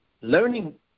learning